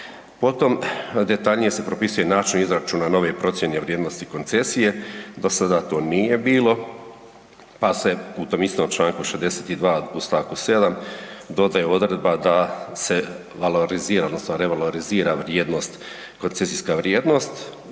Potom, detaljnije se propisuje način izračuna nove procijene vrijednosti koncesije, do sada to nije bilo, pa se u tom istom čl. 62. u st. 7. dodaje odredba da se valorizira odnosno revalorizira vrijednost, koncesijska vrijednost